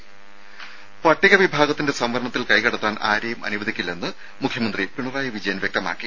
രും പട്ടിക വിഭാഗത്തിന്റെ സംവരണത്തിൽ കൈ കടത്താൻ ആരെയും അനുവദിക്കില്ലെന്ന് മുഖ്യമന്ത്രി പിണറായി വിജയൻ വ്യക്തമാക്കി